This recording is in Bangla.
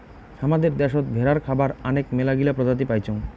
হামাদের দ্যাশোত ভেড়ার খাবার আনেক মেলাগিলা প্রজাতি পাইচুঙ